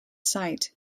site